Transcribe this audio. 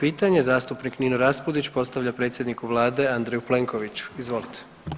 35. pitanje zastupnik Nino Raspudić postavlja predsjedniku vlade Andreju Plenkoviću, izvolite.